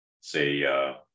say